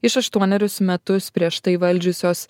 iš aštuonerius metus prieš tai valdžiusios